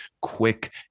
quick